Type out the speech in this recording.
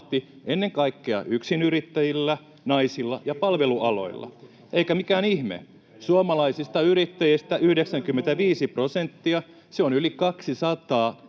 ennen kaikkea yksinyrittäjillä, naisilla ja palvelualoilla. Eikä mikään ihme: suomalaisista yrittäjistä 95 prosenttia — se on yli 200 000 ahkeraa